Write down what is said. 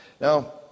Now